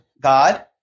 God